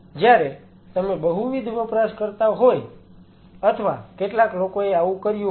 જ્યારે તમે બહુવિધ વપરાશકર્તા હોવ અથવા કેટલાક લોકોએ આવું કર્યું હોય છે